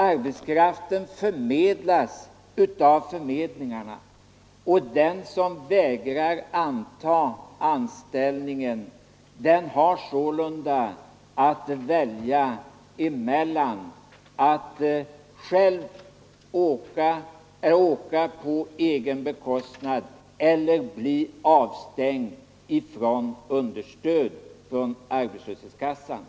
Arbetskraften förmedlas av arbets och den som vägrar anta anställningen har sålunda att välja mellan att själv åka på egen bekostnad eller bli avstängd från understöd från an.